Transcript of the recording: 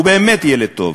הוא באמת ילד טוב.